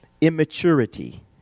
Immaturity